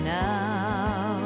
now